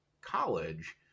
college